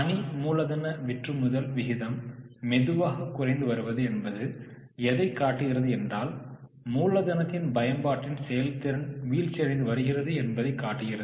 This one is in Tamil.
பணி மூலதன விற்றுமுதல் விகிதம் மெதுவாக குறைந்து வருவது என்பது எதை காட்டுகிறது என்றால் மூலதனத்தின் பயன்பாட்டின் செயல்திறன் வீழ்ச்சியடைந்து வருகிறது என்பதை காட்டுகிறது